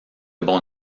bon